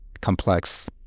complex